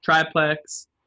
triplex